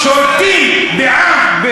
שולטים בעם,